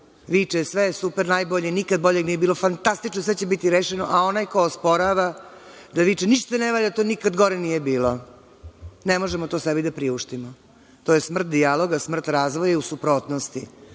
viče – „sve je super, najbolje, nikad bolje nije bilo, fantastično, sve će biti rešeno“, a onaj ko osporava da viče – „ništa ne valja, nikad gore nije bilo“. Ne možemo to sebi da priuštimo. To je smrt dijaloga, smrt razvoja i u suprotnosti